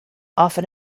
often